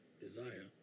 desire